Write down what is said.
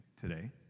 today